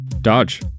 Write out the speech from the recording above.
dodge